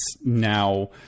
now